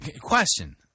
Question